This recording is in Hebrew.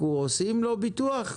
אנחנו עושים לו ביטוח?